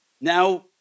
Now